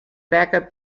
backup